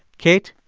kate,